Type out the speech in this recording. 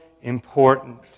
important